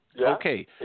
Okay